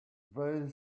very